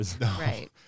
right